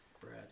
Brad